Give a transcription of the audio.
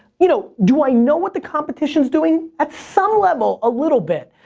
you know do i know what the competition is doing? at some level, a little bit,